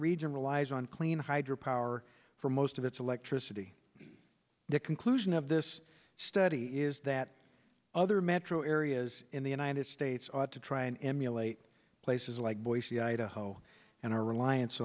region relies on clean hydro power for most of its electricity the conclusion of this study is that other metro areas in the united states ought to try and emulate places like boise idaho and our reliance